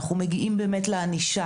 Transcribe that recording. אנחנו מגיעים לענישה,